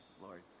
Lord